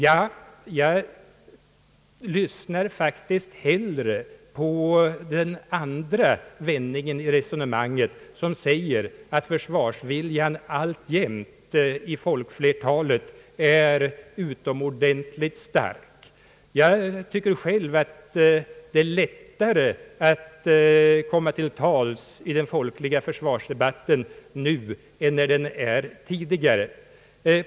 Jag lyssnar faktiskt hellre på den andra vändningen i resonemanget som går ut på att försvarsviljan alltjämt i folkflertalet är utomordentligt stark. Jag tycker själv att det är lättare att komma till tals i den folkliga försvarsdebatten nu än tidigare.